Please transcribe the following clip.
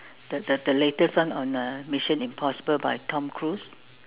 the the the latest one on uh Mission Impossible by Tom Cruise